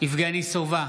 יבגני סובה,